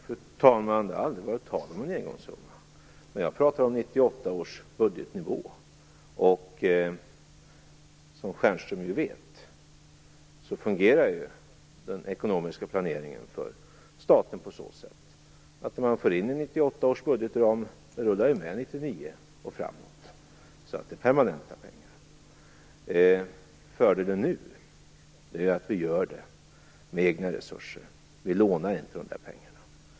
Fru talman! Det har aldrig varit tal om en engångssumma. Jag pratar om 1998 års budgetnivå. Som Michael Stjernström vet fungerar den ekonomiska planeringen för staten på så sätt att det som förs in i 1998 års budgetram rullar med 1999 och framåt. Det är alltså permanenta pengar. Fördelen nu är att vi gör det med egna resurser. Vi lånar inte pengarna.